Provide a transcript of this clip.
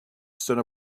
stood